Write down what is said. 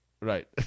Right